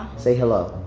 say hello.